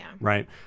right